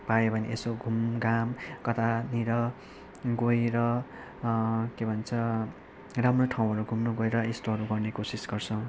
पाए भने यसो घुमघाम कतानिर गएर के भन्छ राम्रो ठाउँहरू घुम्नु गएर यस्तोहरू गर्ने कोसिस गर्छौँ